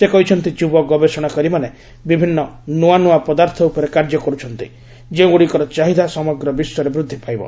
ସେ କହିଛନ୍ତି ଯୁବ ଗବେଷଣାକାରୀମାନେ ବିଭିନ୍ନ ନୁଆ ନୁଆ ପଦାର୍ଥ ଉପରେ କାର୍ଯ୍ୟ କରୁଛନ୍ତି ଯେଉଁଗୁଡ଼ିକର ଚାହିଦା ସମଗ୍ର ବିଶ୍ୱରେ ବୃଦ୍ଧି ପାଇବ